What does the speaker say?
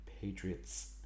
Patriots